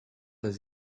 does